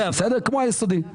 כמו היסודי.